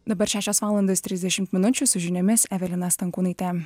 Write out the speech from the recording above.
dabar šešios valandos trisdešimt minučių su žiniomis evelina stankūnaitė